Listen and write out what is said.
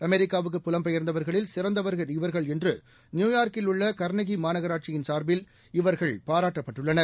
அமெரிக்காவுக்கு புலம்பெயர்ந்தவர்களில் சிறந்தவர்கள் இவர்கள் என்று நியூயார்க்கில் உள்ள கர்னெகி மாநகராட்சியின் சார்பில் இவர்கள் பாராட்டப்பட்டுள்ளனர்